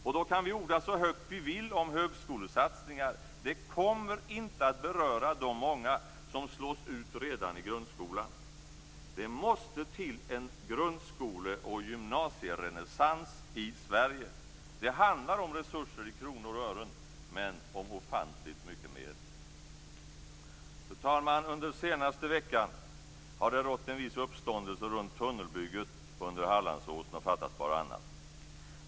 Och då kan vi orda så högt vi vill om högskolesatsningar, det kommer inte att beröra de många som slås ut redan i grundskolan. Det måste till en grundskole och gymnasierenässans i Sverige. Det handlar om resurser i kronor och ören, men om ofantligt mycket mer! Fru talman! Under den senaste veckan har det rått en viss uppståndelse runt tunnelbygget under Hallandsåsen. Och fattas bara annat!